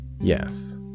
Yes